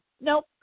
Nope